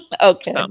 Okay